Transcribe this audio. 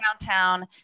downtown